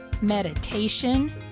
meditation